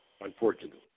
Unfortunately